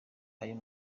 ayo